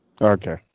Okay